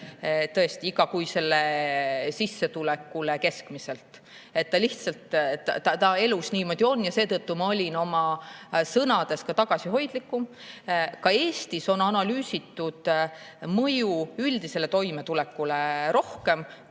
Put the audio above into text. inimeste igakuisele sissetulekule keskmiselt. Ta lihtsalt elus niimoodi on ja seetõttu ma olin oma sõnades tagasihoidlikum. Ka Eestis on analüüsitud mõju üldisele toimetulekule rohkem